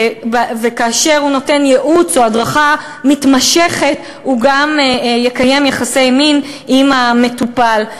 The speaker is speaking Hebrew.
וכאשר הוא נותן ייעוץ או הדרכה מתמשכת הוא גם יקיים יחסי מין עם המטופל.